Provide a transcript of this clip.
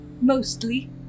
Mostly